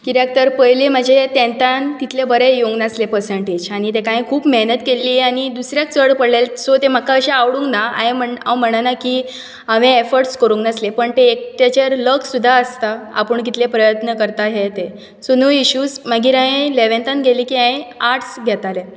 कित्याक तर पयलीं म्हजे तँतान तितले बरे येवंक नासले पसंर्टेज आनी ताका हाय खूब मेहनत केल्ली आनी दुसऱ्याक चड पडलेले सो तें म्हाका अशें आवडूंक ना हांवें म्हण हांव म्हणना की हांवें एफर्ट्स करूंक नासले